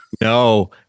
No